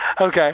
okay